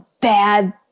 bad